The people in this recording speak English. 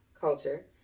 Culture